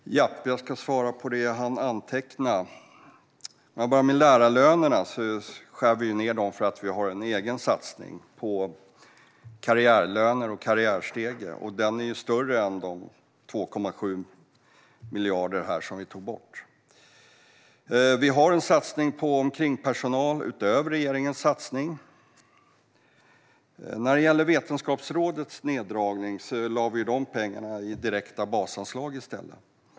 Fru talman! Jag ska svara på det jag hann anteckna. För att börja med lärarlönerna skär vi ned dem för att vi har en egen satsning på karriärlöner och en karriärstege, och den är större än de 2,7 miljarder som vi tar bort. Vi har också en satsning på kringpersonal utöver regeringens satsning. När det gäller Vetenskapsrådets neddragning lägger vi i stället de pengarna på direkta basanslag.